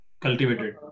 cultivated